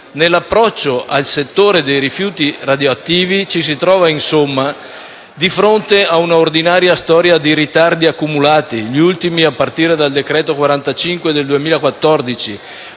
Nell'approccio al settore dei rifiuti radioattivi ci si trova insomma di fronte a un'ordinaria storia di ritardi accumulati (gli ultimi a partire dal decreto‑legislativo